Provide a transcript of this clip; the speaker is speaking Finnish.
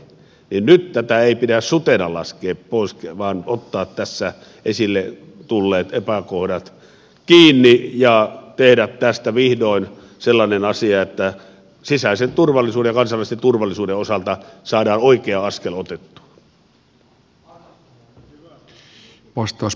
nyt tätä ei pidä sutena laskea pois vaan ottaa tässä esille tulleet epäkohdat kiinni ja tehdä tästä vihdoin sellainen asia että sisäisen turvallisuuden ja kansainvälisen turvallisuuden osalta saadaan oikea askel otettua